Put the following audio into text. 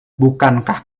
bukankah